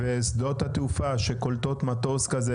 ושדות התעופה שקולטות מטוס כזה,